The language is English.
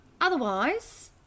otherwise